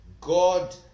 God